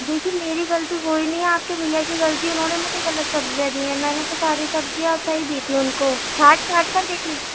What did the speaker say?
دیکھیے میری غلطی کوئی نہیں ہے آپ کے بھیا کی غلطی ہے انہوں نے مجھے غلط سبزیاں دی ہیں میں نے تو ساری سبزیاں صحیح دی تھی ان کوچھانٹ چھانٹ کر دی تھی